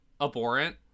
abhorrent